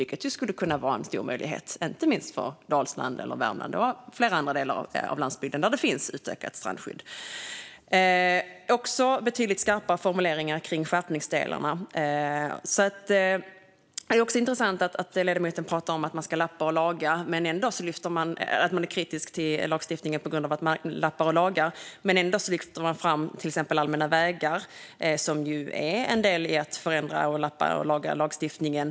Det skulle kunna vara en stor möjlighet, inte minst för Dalsland, Värmland och flera andra delar av landsbygden där det finns ett utökat strandskydd. Det är också betydligt skarpare formuleringar kring de delar som ska skärpas. Det är också intressant att ledamoten pratar om att man är kritisk till lagstiftningen på grund av att vi lappar och lagar. Ändå lyfts till exempel allmänna vägar fram, vilket är en del i att förändra och lappa och laga i lagstiftningen.